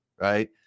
right